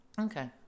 Okay